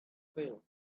things